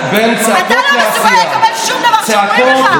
אתה לא מסוגל לקבל שום דבר שאומרים לך.